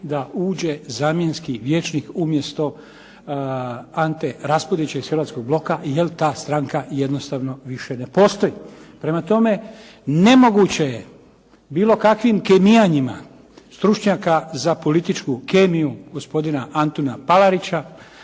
da uđe zamjenski vijećnik umjesto Ante Raspudića iz Hrvatskog bloka, jer ta stranka jednostavno više ne postoji. Prema tome nemoguće je bilo kakvim kemijanjima stručnjaka za političku kemiju gospodina Antuna Palarića,